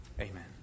Amen